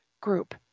group